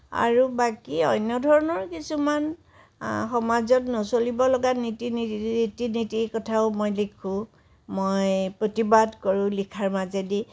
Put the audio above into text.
আৰু বাকী অন্য ধৰণৰ কিছুমান সমাজত নচলিব লগা নীতি ৰীতি নীতি কথাও মই লিখোঁ মই প্ৰতিবাদ কৰোঁ লিখাৰ মাজেদি